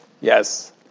Yes